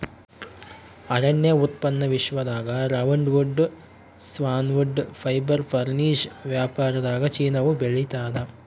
ಅರಣ್ಯ ಉತ್ಪನ್ನ ವಿಶ್ವದಾಗ ರೌಂಡ್ವುಡ್ ಸಾನ್ವುಡ್ ಫೈಬರ್ ಫರ್ನಿಶ್ ವ್ಯಾಪಾರದಾಗಚೀನಾವು ಬೆಳಿತಾದ